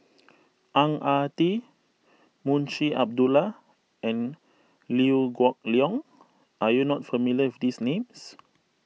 Ang Ah Tee Munshi Abdullah and Liew Geok Leong are you not familiar with these names